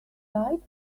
sight